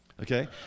Okay